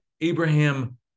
abraham